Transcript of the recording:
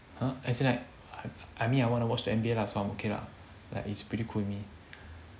!huh! as in like I I mean I want to watch the N_B_A lah so I'm okay lah like it's pretty cool to me